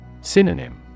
Synonym